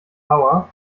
power